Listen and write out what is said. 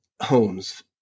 homes